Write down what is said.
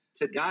Today